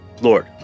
Lord